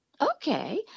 Okay